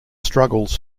struggles